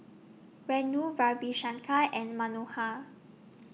Renu Ravi Shankar and Manohar